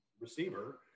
receiver